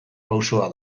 pausoa